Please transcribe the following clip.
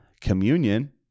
communion